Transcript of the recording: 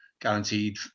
guaranteed